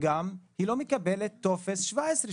היא לא מקבלת טופס 17,